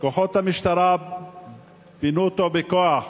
כוחות המשטרה פינו אותו בכוח בתל-אביב,